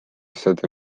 seda